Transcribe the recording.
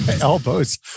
elbows